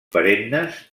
perennes